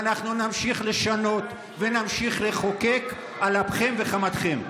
ואנחנו נמשיך לשנות ונמשיך לחוקק על אפכם וחמתכם.